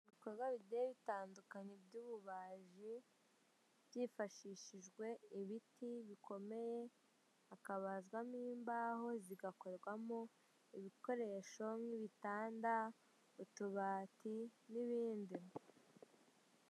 Mu bikorwa bigiye itandukanye by'ububaji byifashishijwe ibiti bikomeye hakabazwamo imbaho zigakoremo ibikoresho nk'ibitanda, utubati n'ibindi.